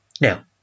now